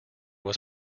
was